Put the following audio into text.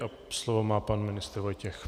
A slovo má pan ministr Vojtěch.